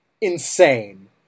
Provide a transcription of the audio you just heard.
Insane